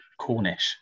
Cornish